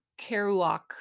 Kerouac